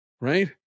Right